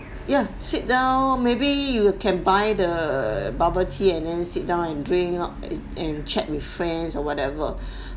ya sit down maybe you can buy the bubble tea and and then sit down and drink and chat with friends or whatever